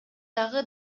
дагы